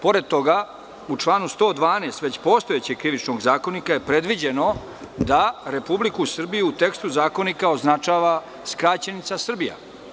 Pored toga, u članu 112. već postojećeg Krivičnog zakonika je predviđeno da Republiku Srbije u tekstu zakonika označava skraćenica Srbija.